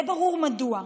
זה ברור מדוע: